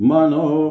Mano